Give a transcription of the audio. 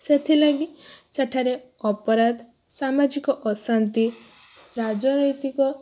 ସେଥିଲାଗି ସେଠାରେ ଅପରାଧ ସାମାଜିକ ଅଶାନ୍ତି ରାଜନୈତିକ